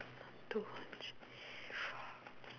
two three four